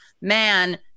man